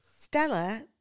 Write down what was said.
Stella